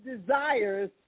desires